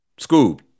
Scoob